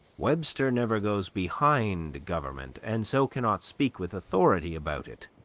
webster never goes behind government, and so cannot speak with authority about it.